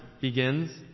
begins